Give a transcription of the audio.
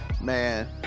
man